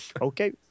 Okay